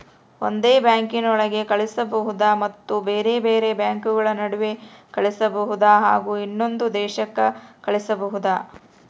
ಒಂದೇ ಬ್ಯಾಂಕಿನೊಳಗೆ ಕಳಿಸಬಹುದಾ ಮತ್ತು ಬೇರೆ ಬೇರೆ ಬ್ಯಾಂಕುಗಳ ನಡುವೆ ಕಳಿಸಬಹುದಾ ಹಾಗೂ ಇನ್ನೊಂದು ದೇಶಕ್ಕೆ ಕಳಿಸಬಹುದಾ?